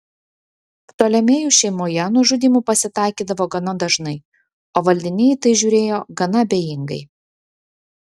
ptolemėjų šeimoje nužudymų pasitaikydavo gana dažnai o valdiniai į tai žiūrėjo gana abejingai